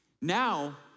Now